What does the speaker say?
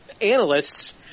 analysts